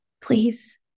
Please